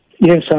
Yes